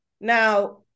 Now